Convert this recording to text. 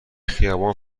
خیابان